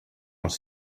als